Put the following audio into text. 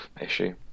issue